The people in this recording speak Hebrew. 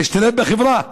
להשתלב בחברה.